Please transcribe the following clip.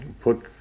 put